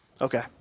Okay